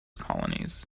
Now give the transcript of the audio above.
colonies